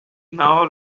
now